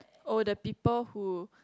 oh the people who